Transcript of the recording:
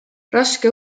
raske